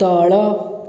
ତଳ